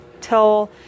till